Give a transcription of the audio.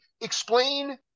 explain